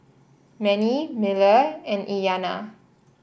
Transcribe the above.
Manie Miller and Iyanna